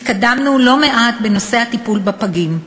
התקדמנו לא מעט בנושא הטיפול בפגים,